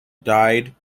died